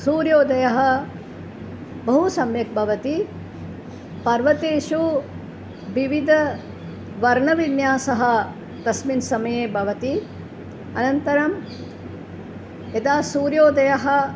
सूर्योदयः बहु सम्यक् भवति पर्वतेषु विविधः वर्णविन्यासः तस्मिन् समये भवति अनन्तरं यदा सूर्योदयः